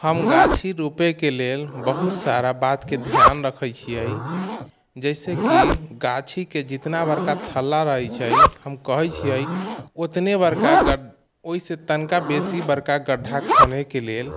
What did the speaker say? हम गाछी रोपयके लेल बहुत सारा बातके ध्यान रखैत छियै जैसेकि गाछीके जितना बड़का ठल्ला रहैत छै हम कहैत छियै ओतने बड़का गो ओहिसँ तनिका बेसी बड़का गड्ढा खोनैके लेल